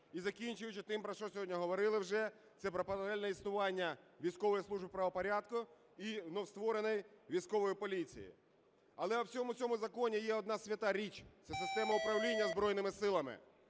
і закінчуючи тим, про що сьогодні говорили вже, – це про паралельне існування військової служби правопорядку і створеної військової поліції. Але у всьому цьому законі є одна свята річ – це система управління Збройними Силами,